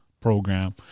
Program